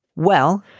well,